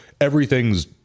Everything's